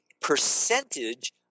percentage